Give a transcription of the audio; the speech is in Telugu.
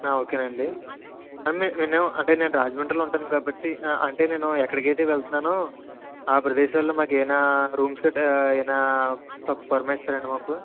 ఓకేనండి మీ నే అంటే నేను రాజమండ్రిలో ఉంటాను కాబట్టి అంటే నేను ఎక్కడికైతే వెళ్తున్నానో ఆ ప్రదేశాల్లో మాకేమైనా రూమ్స్ గట్రా ఏమైనా ప పురమాయిస్తారా అండి మాకు